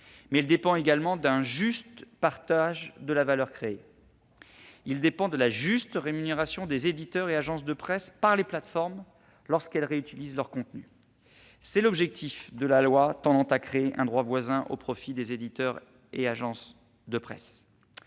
Mais il dépend également d'un juste partage de la valeur créée, de la juste rémunération des éditeurs et agences de presse par les plateformes, lorsqu'elles réutilisent leurs contenus. C'est l'objet de la loi tendant à créer un droit voisin au profit des éditeurs et agences de presse.